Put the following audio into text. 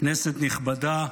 כנסת נכבדה,